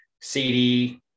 CD